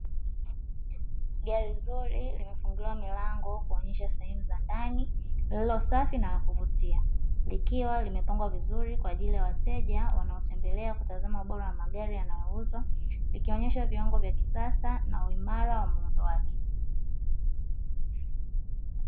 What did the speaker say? Gari zuri limefunguliwa milango kuonyesha sehemu za ndani lililosafi na la kuvutia, likiwa limepangwa vizuri kwa ajili ya wateja wanaotembelea kutazama ubora wa magari yanayouzwa, likionyesha viwango vya kisasa na uimara wa muundo wake.